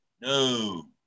No